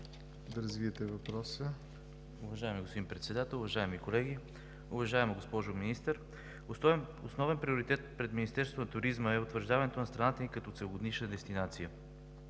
ЦВЕТКОВ (ГЕРБ): Уважаеми господин Председател, уважаеми колеги! Уважаеми госпожо Министър, основен приоритет пред Министерството на туризма е утвърждаването на страната ни като целогодишна дестинация.